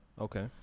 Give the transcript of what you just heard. okay